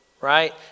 right